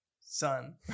son